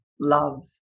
love